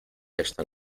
esta